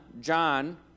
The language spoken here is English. john